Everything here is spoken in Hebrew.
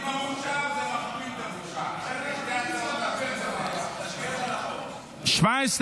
מוועדת החוקה, חוק ומשפט לוועדת הכספים נתקבלה.